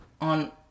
on